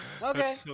Okay